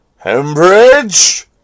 Hembridge